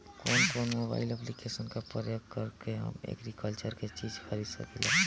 कउन कउन mobile application का प्रयोग करके हम एग्रीकल्चर के चिज खरीद सकिला?